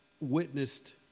witnessed